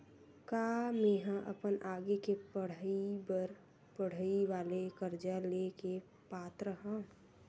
का मेंहा अपन आगे के पढई बर पढई वाले कर्जा ले के पात्र हव?